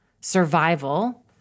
survival